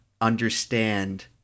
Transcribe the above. understand